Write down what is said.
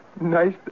Nice